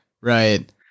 Right